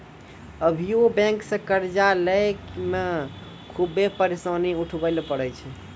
अभियो बेंक से कर्जा लेय मे खुभे परेसानी उठाय ले परै छै